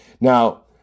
Now